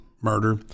murder